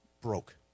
broke